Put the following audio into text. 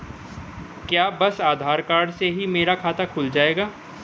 क्या बस आधार कार्ड से ही मेरा खाता खुल जाएगा?